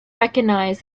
recognize